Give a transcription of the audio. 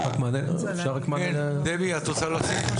אני רוצה לומר כמה דברים.